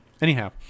Anyhow